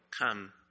Come